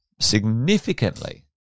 significantly